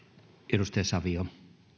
arvoisa